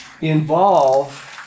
involve